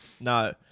No